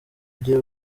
ujye